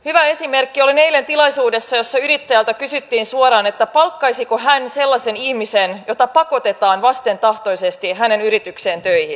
olin eilen tilaisuudessa jossa yrittäjältä kysyttiin suoraan palkkaisiko hän sellaisen ihmisen jota pakotetaan vastentahtoisesti hänen yritykseensä töihin